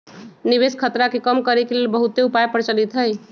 निवेश खतरा के कम करेके के लेल बहुते उपाय प्रचलित हइ